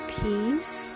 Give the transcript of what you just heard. peace